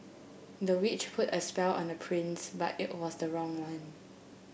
the witch put a spell on the prince but it was the wrong one